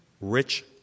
rich